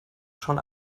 schon